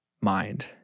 mind